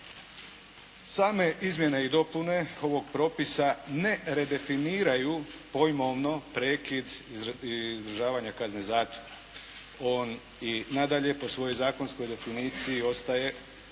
Same izmjene i dopune ovog propisa ne redefiniraju pojmovno prekid izdržavanja kazne zatvora. On i nadalje po svojoj zakonskoj definiciji ostaje dakle